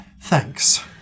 Thanks